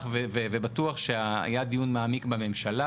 אני שמח ובטוח שהיה דיון מעמיק בממשלה,